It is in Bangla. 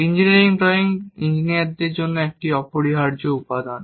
ইঞ্জিনিয়ারিং ড্রয়িং ইঞ্জিনিয়ারদের জন্য একটি অপরিহার্য উপাদান